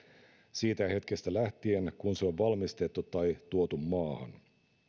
siitä hetkestä lähtien kun se on valmistettu tai tuotu maahan